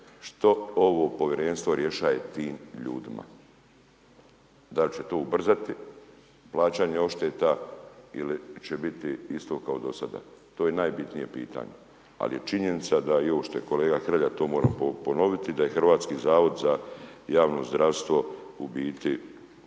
što ovo Povjerenstvo rješaje tim ljudima, da li će to ubrzati plaćanje odšteta ili će biti kao i do sada. To je najbitnije pitanje, ali je činjenica da i ovo što je kolega Hrelja, to moram ponoviti, da je Hrvatski zavod za javno zdravstvo u biti,